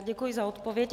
Děkuji za odpověď.